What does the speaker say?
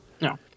No